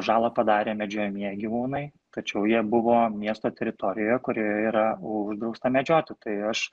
žalą padarė medžiojamieji gyvūnai tačiau jie buvo miesto teritorijoje kurioje yra uždrausta medžioti tai aš